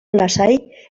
lasai